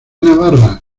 navarra